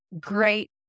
great